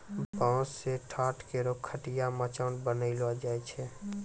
बांस सें ठाट, कोरो, खटिया, मचान बनैलो जाय छै